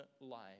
life